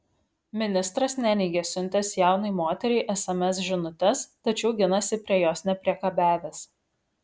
ministras neneigia siuntęs jaunai moteriai sms žinutes tačiau ginasi prie jos nepriekabiavęs